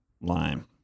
Lime